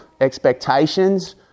expectations